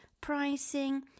pricing